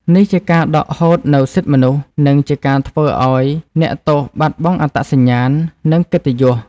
នេះជាការដកហូតនូវសិទ្ធិមនុស្ស និងជាការធ្វើឱ្យអ្នកទោសបាត់បង់អត្តសញ្ញាណ និងកិត្តិយស។